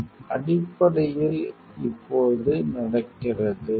2337 அடிப்படையில் இப்போது நடக்கிறது